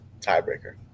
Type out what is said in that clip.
tiebreaker